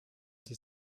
die